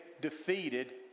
defeated